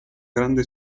grande